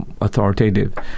authoritative